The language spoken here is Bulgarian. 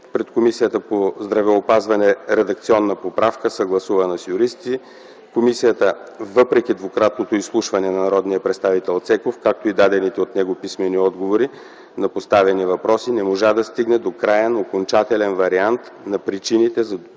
пред Комисията по здравеопазването – редакционна поправка, съгласувана с юристи. Комисията, въпреки двукратното изслушване на народния представител Цеков, както и дадените от него писмени отговори на поставени въпроси, не можа да стигне до краен и окончателен вариант на причините за допуснатото